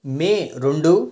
మే రెండు